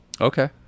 Okay